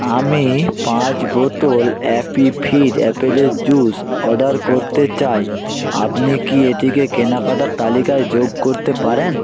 আমি পাঁচ বোতল অ্যাপি ফিজ আপেলের জুস অর্ডার করতে চাই আপনি কি এটিকে কেনাকাটার তালিকায় যোগ করতে পারেন